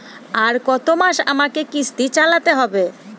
আর কতমাস আমাকে কিস্তি চালাতে হবে?